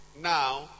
now